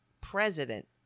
president